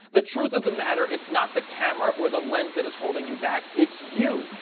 the truth of the matter, it's not the camera or the lens that is holding you back. it's you.